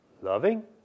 loving